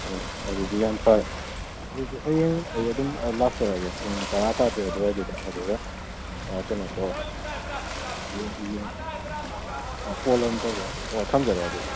ꯑꯣ ꯑꯗꯨꯗꯤ ꯌꯥꯝ ꯐꯔꯦ ꯑꯗꯨꯗꯤ ꯍꯌꯦꯡ ꯑꯩ ꯑꯗꯨꯝ ꯂꯥꯛꯆꯔꯒꯦ ꯄꯨꯡ ꯇꯔꯥ ꯇꯥꯔꯛꯄꯩ ꯑꯗꯨꯋꯥꯏꯗꯨꯗ ꯑꯗꯨꯒ ꯀꯩꯅꯣ ꯇꯧꯔꯁꯤ ꯀꯣꯜ ꯑꯗꯨꯝ ꯇꯧꯖꯔꯛꯀꯦ ꯑꯣ ꯊꯝꯖꯔꯦ ꯑꯗꯨꯗꯤ